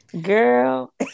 Girl